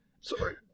sorry